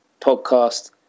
podcast